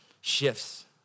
shifts